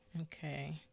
Okay